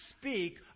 speak